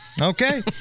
Okay